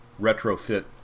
retrofit